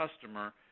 customer